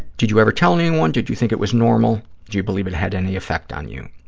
did you ever tell anyone? did you think it was normal? do you believe it had any effect on you?